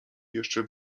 jeszcze